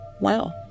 Wow